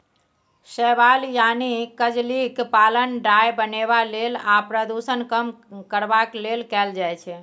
शैबाल यानी कजलीक पालन डाय बनेबा लेल आ प्रदुषण कम करबाक लेल कएल जाइ छै